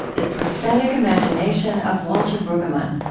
the prophetic imagination of walter brueggemann.